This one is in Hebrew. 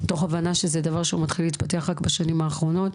תוך הבנה שזה דבר שהוא מתחיל להתפתח רק בשנים האחרונות,